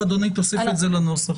תוסיף את זה לנוסח.